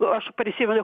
o aš prisimenu